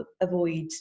avoid